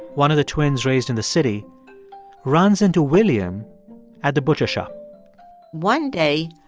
one of the twins raised in the city runs into william at the butcher shop one day,